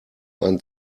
ein